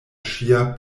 ŝia